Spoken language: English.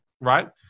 right